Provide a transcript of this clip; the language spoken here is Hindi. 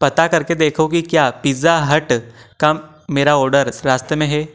पता करके देखो कि क्या पिज्ज़ा हट का मेरा ऑर्डर रास्ते में है